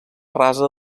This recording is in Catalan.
rasa